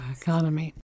economy